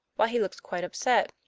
why, he looks quite upset.